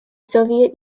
soviet